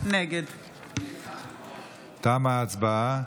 נגד תמה ההצבעה.